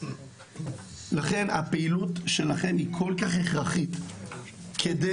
לכן הפעילות שלכם היא כל כך הכרחית כדי